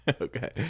Okay